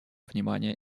внимания